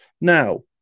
Now